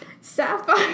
Sapphire